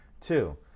two